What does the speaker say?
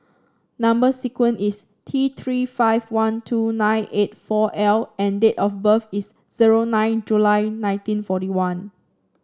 number sequence is T Three five one two nine eight four L and date of birth is zero nine July nineteen forty one